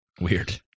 Weird